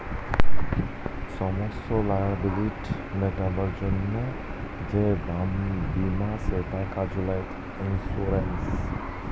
সমস্ত লায়াবিলিটি মেটাবার জন্যে যেই বীমা সেটা ক্যাজুয়ালটি ইন্সুরেন্স